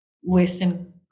Western